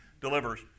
delivers